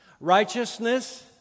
Righteousness